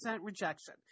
rejection